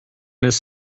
his